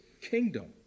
kingdom